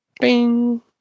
bing